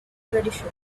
tradition